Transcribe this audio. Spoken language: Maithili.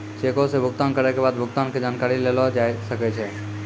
चेको से भुगतान करै के बाद भुगतान के जानकारी लेलो जाय सकै छै